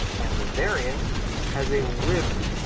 and the variant has a ribbed